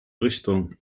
richtung